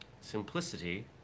simplicity